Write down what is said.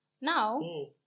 Now